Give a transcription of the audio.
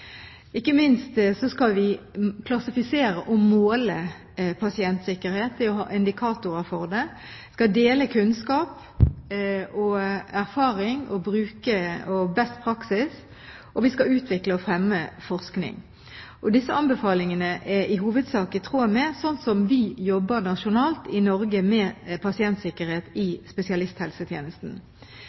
Ikke minst skal vi klassifisere og måle pasientsikkerhet – det å ha indikatorer for det – dele kunnskap og erfaring og best praksis, og vi skal utvikle og fremme forskning. Disse anbefalingene er i hovedsak i tråd med hvordan vi jobber nasjonalt i Norge med pasientsikkerhet i spesialisthelsetjenesten.